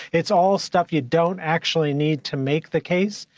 it's all stuff you don't actually need to make the case.